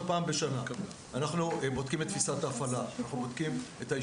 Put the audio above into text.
אנחנו בודקים את תפיסת ההפעלה,